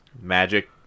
Magic